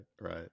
Right